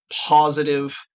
positive